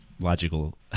logical